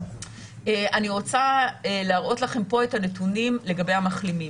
אני רוצה להראות לכם פה את הנתונים לגבי המחלימים,